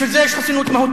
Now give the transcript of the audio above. בשביל זה יש חסינות מהותית.